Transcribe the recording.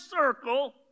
circle